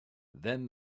then